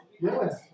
Yes